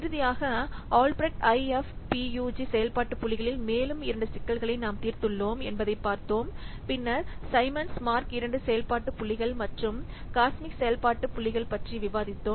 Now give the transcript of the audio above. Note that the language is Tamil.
இறுதியாக ஆல்பிரெக்ட் IFPUG செயல்பாட்டு புள்ளிகளில் மேலும் இரண்டு சிக்கல்களை நாம் தீர்த்துள்ளோம் என்பதைக் பார்த்தோம் பின்னர் சைமன்ஸ் மார்க் II செயல்பாட்டு புள்ளிகள் மற்றும் காஸ்மிக் செயல்பாடு புள்ளிகள் பற்றி விவாதித்தோம்